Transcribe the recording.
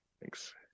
Thanks